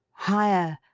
higher,